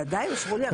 ודאי, אושרו לי הרבה.